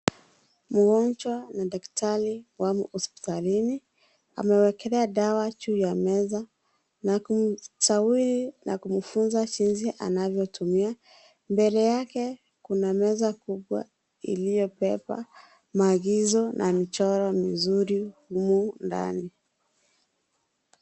Mgonjwa na daktari wamo hospitalini. Amewekelea dawa juu ya meza na kumsawiri na kumfunza jinsi anavyotumia. Mbele yake kuna meza kubwa iliyobeba maagizo na michoro mizuri humu ndani.